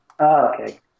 Okay